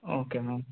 okay ma'am